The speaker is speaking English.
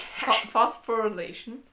Phosphorylation